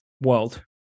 world